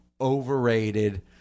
overrated